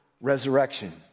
Resurrection